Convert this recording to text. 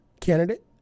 candidate